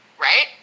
right